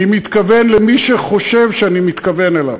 אני מתכוון למי שחושב שאני מתכוון אליו,